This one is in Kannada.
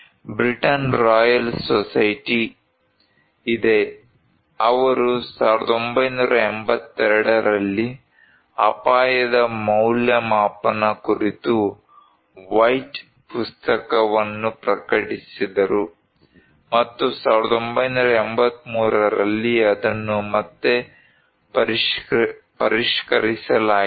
ಬ್ರಿಟನ್ ರಾಯಲ್ ಸೊಸೈಟಿ ಇದೆ ಅವರು 1982 ರಲ್ಲಿ ಅಪಾಯದ ಮೌಲ್ಯಮಾಪನ ಕುರಿತು ವೈಟ್ ಪುಸ್ತಕವನ್ನು ಪ್ರಕಟಿಸಿದರು ಮತ್ತು 1983 ರಲ್ಲಿ ಅದನ್ನು ಮತ್ತೆ ಪರಿಷ್ಕರಿಸಲಾಯಿತು